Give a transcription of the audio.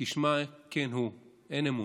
כשמה כן היא: אין אמון.